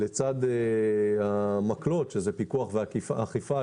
לצד המקלות שהם הפיקוח והאכיפה,